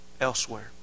elsewhere